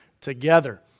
together